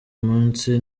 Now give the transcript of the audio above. munsi